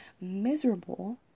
miserable